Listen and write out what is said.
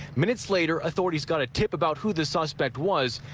minutes later, authorities got a tip about who the suspect was.